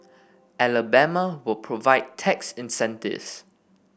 Alabama will provide tax incentives